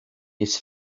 his